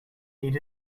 need